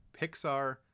Pixar